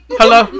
hello